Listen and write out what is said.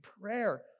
prayer